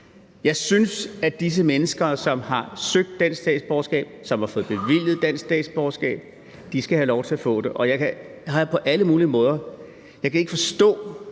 Jeg synes, at disse mennesker, som har søgt dansk statsborgerskab, som har fået bevilget dansk statsborgerskab, skal have lov til at få det, og jeg kan på alle mulige måder ikke forstå